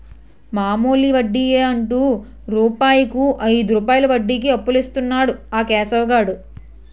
మామూలు వడ్డియే అంటు రూపాయికు ఐదు రూపాయలు వడ్డీకి అప్పులిస్తన్నాడు ఆ కేశవ్ గాడు